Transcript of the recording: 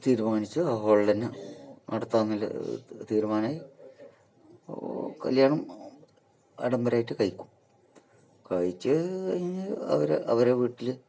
തീരുമാനിച്ച് ആ ഹോളിൽ തന്നെ നടത്തുകയെന്നല്ല തീരുമാനമായി കല്ല്യാണം ആഡംബരമായിട്ട് കഴിക്കും കഴിച്ചു കഴിഞ്ഞ് അവർ അവരുടെ വീട്ടിൽ